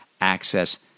access